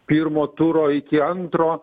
pirmo turo iki antro